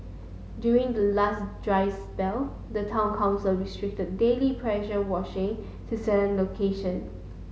during the last dry spell the town council restricted daily pressure washing to certain location